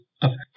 affect